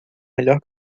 melhor